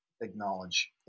acknowledge